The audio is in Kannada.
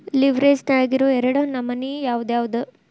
ಲಿವ್ರೆಜ್ ನ್ಯಾಗಿರೊ ಎರಡ್ ನಮನಿ ಯಾವ್ಯಾವ್ದ್?